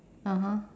(uh huh)